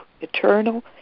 eternal